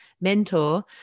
mentor